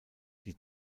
die